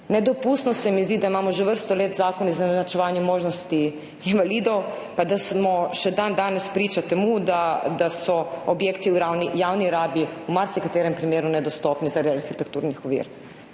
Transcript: Nedopustno se mi zdi, da imamo že vrsto let Zakon o izenačevanju možnosti invalidov pa da smo še dandanes priča temu, da so objekti v javni rabi v marsikaterem primeru nedostopni zaradi arhitekturnih ovir.